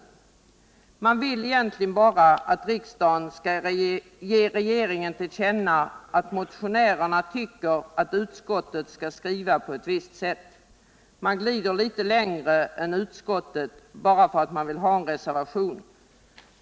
Reservanterna vill egentligen bara att riksdagen skall ge regeringen till känna att motionärerna tycker att utskottet skall skriva på ett visst sätt. Man glider litet längre än utskottet. tydligen bara för att man vill ha en reservation.